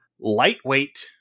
lightweight